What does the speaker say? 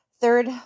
Third